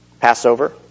Passover